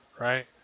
right